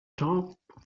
stop